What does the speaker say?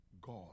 God